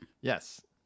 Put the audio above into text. Yes